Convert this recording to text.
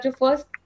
first